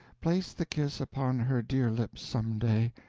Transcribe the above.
place the kiss upon her dear lips some day,